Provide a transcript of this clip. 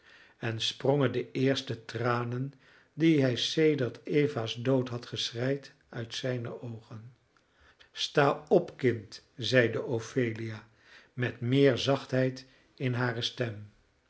en sprongen de eerste tranen die hij sedert eva's dood had geschreid uit zijne oogen sta op kind zeide ophelia met meer zachtheid in hare stem